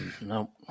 No